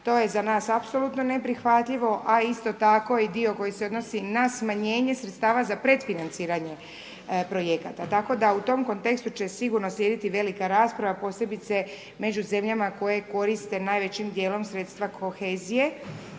to je za nas apsolutno neprihvatljivo, a isto tako i dio koji se odnosi na smanjenje sredstava za predfinanciranje projekata. Tako da u tom kontekstu će sigurno slijediti velika rasprava, posebice među zemljama koje koriste najvećim dijelom sredstva kohezije.